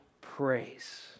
praise